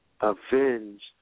avenged